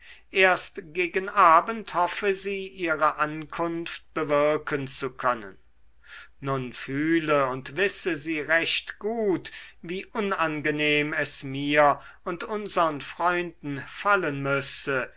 erst gegen abend hoffe sie ihre ankunft bewirken zu können nun fühle und wisse sie recht gut wie unangenehm es mir und unsern freunden fallen müsse